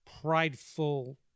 prideful